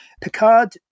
Picard